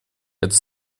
это